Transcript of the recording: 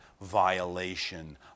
violation